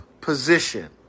position